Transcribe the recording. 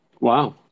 Wow